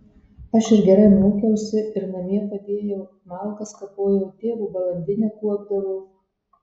aš ir gerai mokiausi ir namie padėjau malkas kapojau tėvo balandinę kuopdavau